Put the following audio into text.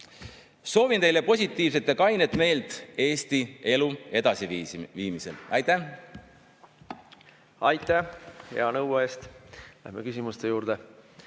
Soovin teile positiivset ja kainet meelt Eesti elu edasiviimisel! Aitäh! Aitäh hea nõu eest! Läheme küsimuste juurde.